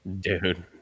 Dude